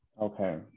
Okay